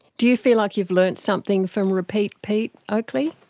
do you feel like you've learnt something from repeat pete, oakley?